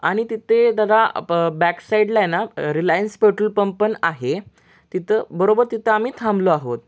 आणि तिथे दादा प बॅकसाईडला आहे ना रिलायन्स पेटोल पंप पण आहे तिथं बरोबर तिथं आम्ही थांबलो आहोत